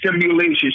simulation